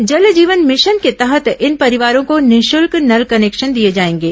जल जीवन मिशन के तहत इन परिवारों को निःशुल्क नल कनेक्शन दिए जाएंगे